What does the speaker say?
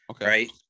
right